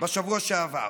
בשבוע שעבר.